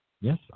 Yes